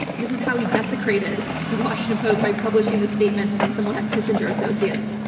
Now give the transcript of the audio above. this is how he desecrated the washington post by publishing this statement from someone at kissinger associates.